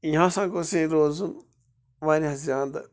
یہِ ہسا گوٚژھ ییٚتہِ روزُن وارِیاہ زیادٕ